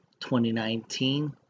2019